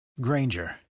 Granger